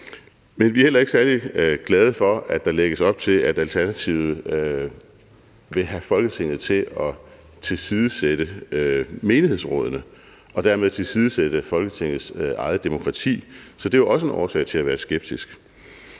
Men vi er heller ikke særlig glade for, at der lægges op til, at Alternativet vil have Folketinget til at tilsidesætte menighedsrådene og dermed tilsidesætte folkekirkens eget demokrati, så det er jo også en årsag til at være skeptisk.